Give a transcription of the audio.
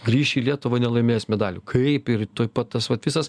grįši į lietuvą nelaimėjęs medalių kaip ir tuoj pat tas vat visas